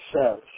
says